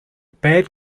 bad